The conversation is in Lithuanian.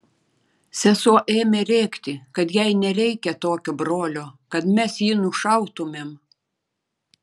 sesuo ėmė rėkti kad jai nereikia tokio brolio kad mes jį nušautumėm